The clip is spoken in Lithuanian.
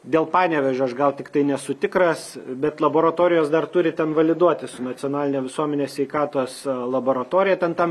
dėl panevėžio aš gal tiktai nesu tikras bet laboratorijos dar turi ten validuotis su nacionaline visuomenės sveikatos laboratorija ten tam